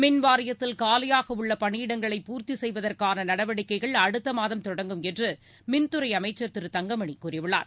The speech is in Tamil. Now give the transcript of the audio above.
மின்வாரியத்தில் காலியாக உள்ள பணியிடங்களை பூர்த்தி செய்வதற்கான நடவடிக்கைகள் அடுத்தமாதம் தொடங்கும் என்று மின்துறை அமைச்சர் திரு தங்கமணி கூறியுள்ளார்